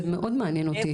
זה מאוד מעניין אותי.